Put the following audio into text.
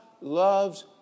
loves